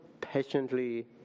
patiently